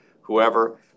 whoever